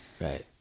right